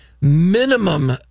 minimum